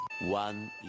One